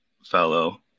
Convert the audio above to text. fellow